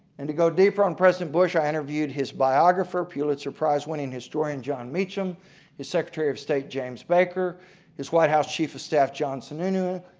and to go deeper into president bush i interviewed his biographer pulitzer prize-winning historian john meacham his secretary of state james baker his white house chief of staff john sununu,